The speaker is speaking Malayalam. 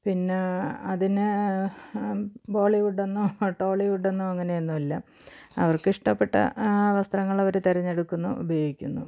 പിന്ന അതിനെ ബോളിവുഡെന്നോ ടോളിവുഡെന്നോ അങ്ങനെ ഒന്നും ഇല്ല അവർക്കിഷ്ടപ്പെട്ട വസ്ത്രങ്ങളവിടെ തെരഞ്ഞെടുക്കുന്നു ഉപയോഗിക്കുന്നു